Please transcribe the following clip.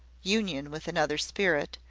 union with another spirit,